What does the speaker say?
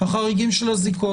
החריגים של הזיקות.